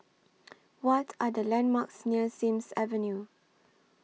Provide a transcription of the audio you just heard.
What Are The landmarks near Sims Avenue